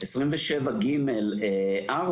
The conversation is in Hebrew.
לא נתתי